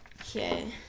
Okay